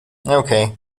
okay